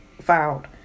filed